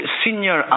senior